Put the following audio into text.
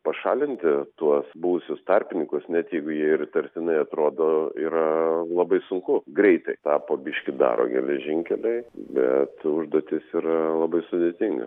pašalinti tuos buvusius tarpininkus net jeigu jie ir įtartinai atrodo yra labai sunku greitai tą po biški daro geležinkeliai bet užduotis yra labai sudėtinga